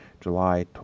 July